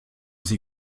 sie